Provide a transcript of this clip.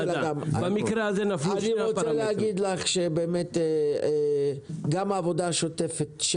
אני רוצה להגיד לך שגם העבודה השוטפת של